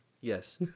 yes